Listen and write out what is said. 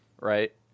right